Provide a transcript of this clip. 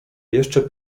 jeszcze